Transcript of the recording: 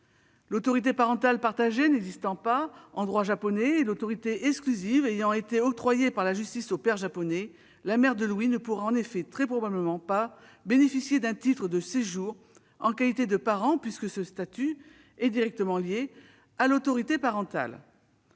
l'autorité parentale partagée n'existant pas en droit japonais et l'autorité exclusive ayant été octroyée par la justice au père japonais, la mère de Louis ne pourra très probablement pas bénéficier d'un titre de séjour en qualité de parent, puisque ce statut est directement lié à l'autorité parentale.